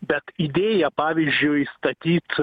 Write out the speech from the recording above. bet idėja pavyzdžiui statyt